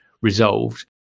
resolved